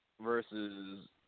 versus